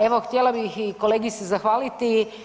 Evo htjela bih i kolegi se zahvaliti.